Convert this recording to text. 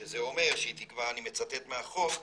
שזה אומר שהיא, אני מצטט מהחוק,